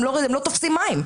הם לא תופסים מים.